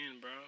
bro